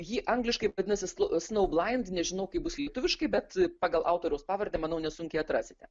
ji angliškai vadinasi snowblind nežinau kaip bus lietuviškai bet pagal autoriaus pavardę manau nesunkiai atrasite